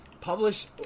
publish